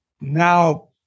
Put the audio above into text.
Now